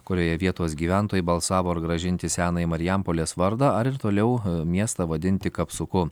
kurioje vietos gyventojai balsavo ar grąžinti senąjį marijampolės vardą ar ir toliau miestą vadinti kapsuku